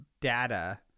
data